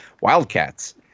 wildcats